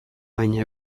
baina